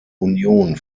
union